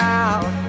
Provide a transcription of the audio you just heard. out